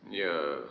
ya